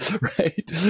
right